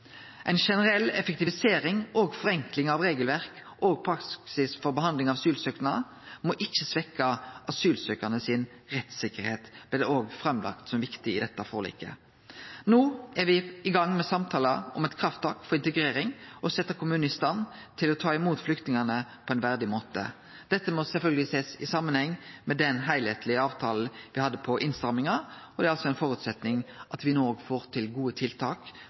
Ei generell effektivisering og forenkling av regelverk og praksis for behandling av asylsøknader må ikkje svekkje rettstryggleiken til asylsøkjarane. Det blei òg lagt fram som viktig i dette forliket. No er me i gang med samtalar om eit krafttak for integrering og å setje kommunane i stand til å ta imot flyktningane på ein verdig måte. Dette må sjølvsagt sjåast i samanheng med den heilskaplege avtalen me har om innstramminga. Det er ein føresetnad at me no får til gode tiltak